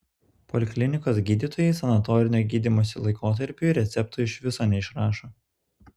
poliklinikos gydytojai sanatorinio gydymosi laikotarpiui receptų iš viso neišrašo